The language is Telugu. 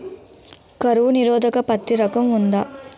కరువు నిరోధక పత్తి రకం ఉందా?